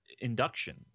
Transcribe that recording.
induction